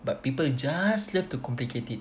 but people just live to complicate it